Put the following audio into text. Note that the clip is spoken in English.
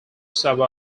some